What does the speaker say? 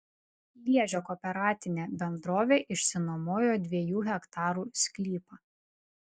liežio kooperatinė bendrovė išsinuomojo dviejų hektarų sklypą